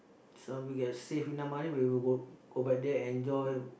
some we can save enough money we will go go back there and enjoy